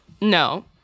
No